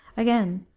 again,